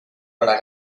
una